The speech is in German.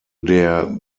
der